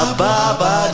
Ababa